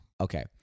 Okay